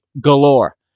galore